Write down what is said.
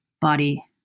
body